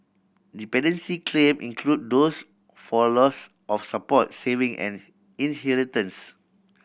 dependency claim include those for loss of support saving and inheritance